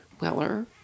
Weller